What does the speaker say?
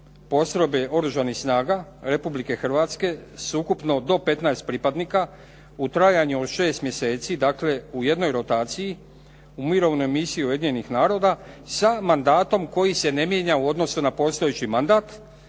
postrojbe Oružanih snaga Republike Hrvatske s ukupno do 15 pripadnika u trajanju od 6 mjeseci, dakle u jednoj rotaciji u Mirovnoj misiji Ujedinjenih naroda sa mandatom koji se ne mijenja u odnosu na postojeći mandat.